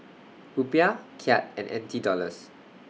Rupiah Kyat and N T Dollars